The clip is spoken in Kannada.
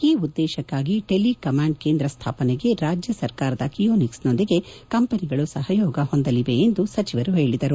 ಈ ಉದ್ಲೇಶಕ್ಕಾಗಿ ಟೆಲಿ ಕಮಾಂಡ್ ಕೇಂದ್ರ ಸ್ಲಾಪನೆಗೆ ರಾಜ್ಯ ಸರ್ಕಾರದ ಕಿಯೋನಿಕ್ಸ್ ನೊಂದಿಗೆ ಕಂಪನಿಗಳು ಸಹಯೋಗ ಹೊಂದಲಿವೆ ಎಂದು ಸಚಿವರು ಪೇಳಿದರು